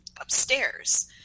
upstairs